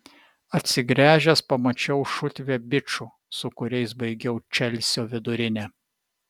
atsigręžęs pamačiau šutvę bičų su kuriais baigiau čelsio vidurinę